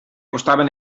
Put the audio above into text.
costaven